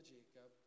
Jacob